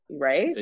right